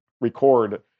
record